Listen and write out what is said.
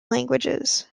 languages